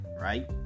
right